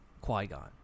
qui-gon